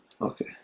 Okay